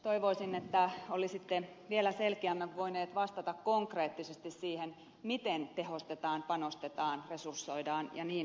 toivoisin että olisitte vielä selkeämmin voinut vastata konkreettisesti siihen miten tehostetaan panostetaan resursoidaan ja niin edelleen